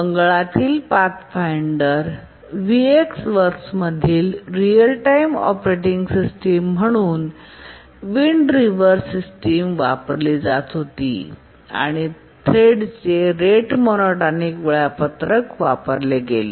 मंगळातील Pathfinder VxWorks मध्ये real time operating system मधून Wind River system वापरली जात होती आणि थ्रेडचे रेट मोनोटोनिक वेळापत्रक वापरले गेले